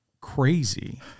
crazy